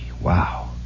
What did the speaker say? wow